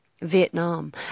Vietnam